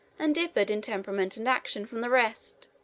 and differed in temperament and action from the rest.